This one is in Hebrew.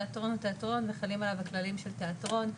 תיאטרון הוא תיאטרון וחלים עליו הכללים של תיאטרון.